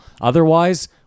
Otherwise